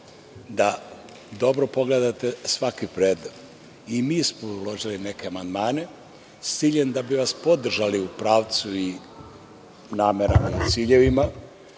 da dobro pogledate svaki predlog. I mi smo uložili neke amandmane s ciljem da bismo vas podržali u pravcu, namerama i ciljevima.